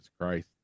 Christ